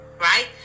Right